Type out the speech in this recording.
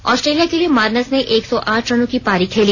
Australia के लिए Marnus ने एक सौ आठ रनों की पारी खेली